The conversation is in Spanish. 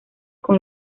con